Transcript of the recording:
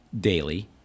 daily